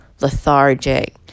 lethargic